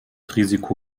risiko